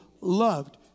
loved